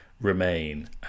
remain